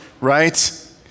right